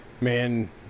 Man